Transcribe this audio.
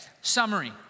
summary